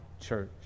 church